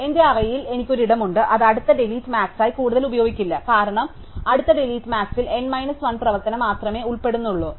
എന്റെ അറേയിൽ എനിക്ക് ഒരു ഇടമുണ്ട് അത് അടുത്ത ഡിലീറ്റ് മാക്സിനായി കൂടുതൽ ഉപയോഗിക്കില്ല കാരണം അടുത്ത ഡിലീറ്റ് മാക്സിൽ n മൈനസ് 1 പ്രവർത്തനം മാത്രമേ ഉൾപ്പെടുന്നുള്ളൂ